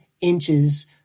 inches